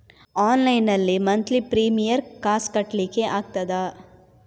Online ನಲ್ಲಿ monthly premium ಕಾಸ್ ಕಟ್ಲಿಕ್ಕೆ ಆಗ್ತದಾ?